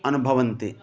अनुभवन्ति